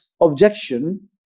objection